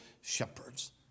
shepherds